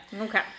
Okay